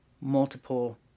multiple